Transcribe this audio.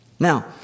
Now